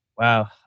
Wow